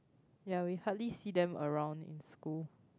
ya we hardly see them around in school